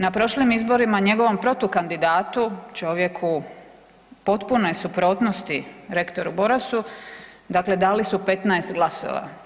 Na prošlim izborima njegovom protukandidatu, čovjeku potpune suprotnosti rektoru Borasu, dakle dali su 15 glasova.